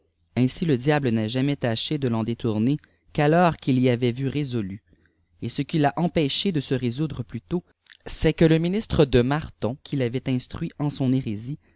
ainsi le diable n'a jamais tâché de l'en détourna qu'alors qu'il l'y avait vu résolu et ce qui l'a empêché de s récmklrê plus tôt c'st jpieie ministre de marton qui l'avait itimmil n on érésie